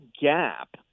gap